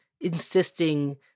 insisting